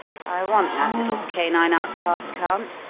i want that little canine outcast, count,